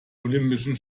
olympischen